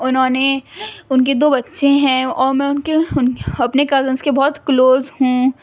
انہوں نے ان کی دو بچے ہیں اور میں ان کے اپنے کزنس کے بہت کلوز ہوں